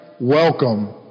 welcome